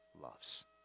loves